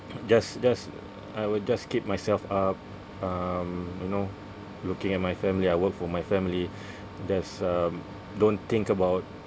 just just I will just keep myself up um you know looking at my family I work for my family just um don't think about